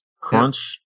crunch